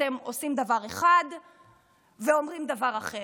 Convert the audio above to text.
אתם עושים דבר אחד ואומרים דבר אחר,